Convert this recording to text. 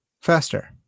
Faster